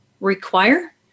require